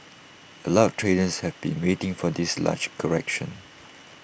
A lot of traders have been waiting for this large correction